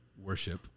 worship